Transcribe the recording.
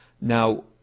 now